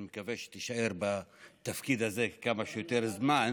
אני מקווה שתישאר בתפקיד הזה כמה שיותר זמן,